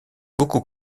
beaucoup